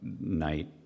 night